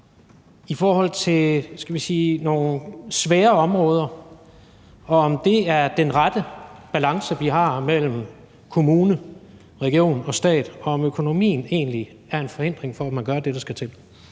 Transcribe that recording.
skal vi sige nogle svære områder, om det er den rette balance, vi har mellem kommune, region og stat, og om økonomien egentlig er en forhindring for, at man gør det, der skal til?